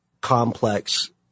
complex